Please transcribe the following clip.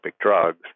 drugs